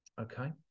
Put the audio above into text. Okay